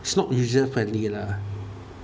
it's not user friendly lah